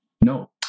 No